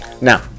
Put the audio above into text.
Now